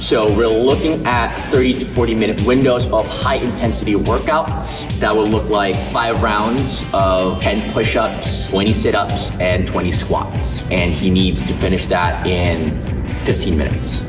so we're looking at thirty forty minute windows of high intensity workouts that will look like five rounds of ten pushups, twenty sit ups, and twenty squats and he needs to finish that in fifteen minutes.